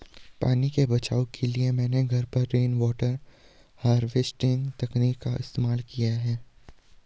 पानी के बचाव के लिए मैंने घर पर रेनवाटर हार्वेस्टिंग तकनीक का इस्तेमाल किया है